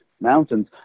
mountains